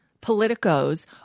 politicos